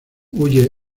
huye